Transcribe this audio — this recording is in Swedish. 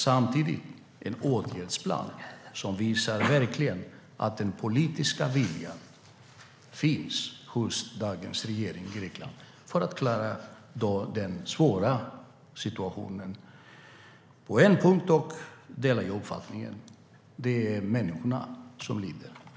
Samtidigt behövs en åtgärdsplan som verkligen visar att den politiska viljan finns hos den nuvarande regeringen i Grekland för att klara den svåra situationen. På en punkt delar jag dock uppfattningen: Det är människorna som lider.